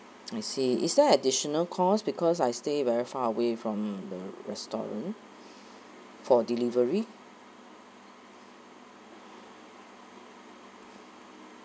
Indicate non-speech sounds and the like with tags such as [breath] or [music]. I see is that additional cost because I stay very far away from the restaurant [breath] for delivery